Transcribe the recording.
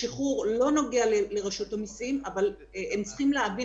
השחרור לא נוגע לרשות המסים אבל הם צריכים להבין